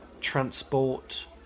transport